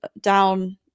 down